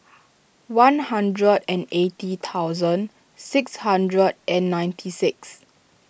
one hundred and eighty thousand six hundred and ninety six